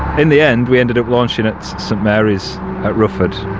in the end we ended up launching at st mary's at rufford.